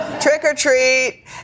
Trick-or-treat